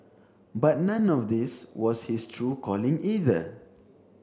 but none of this was his true calling either